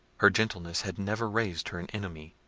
her gentleness had never raised her an enemy,